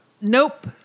Nope